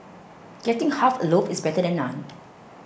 getting half a loaf is better than none